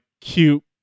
cute